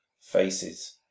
faces